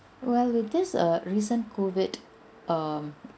well with this err recent COVID um